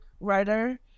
writer